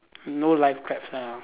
no live crabs ah